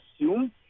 assume